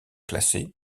classé